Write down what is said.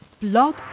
Blog